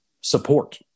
support